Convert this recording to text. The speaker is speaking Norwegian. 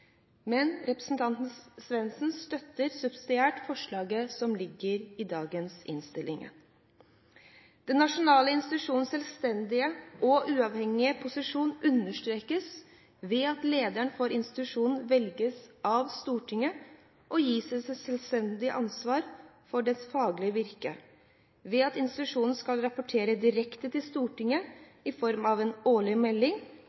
Men representanten Svendsen støtter subsidiært forslaget i dagens innstilling. Den nasjonale institusjonens selvstendige og uavhengige posisjon understrekes ved at lederen for institusjonen velges av Stortinget og gis et selvstendig ansvar for dens faglige virke, ved at institusjonen skal rapportere direkte til Stortinget i form av en årlig melding,